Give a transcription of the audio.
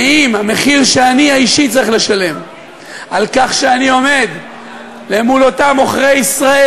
ואם המחיר האישי שאני צריך לשלם על כך שאני עומד מול אותם עוכרי ישראל,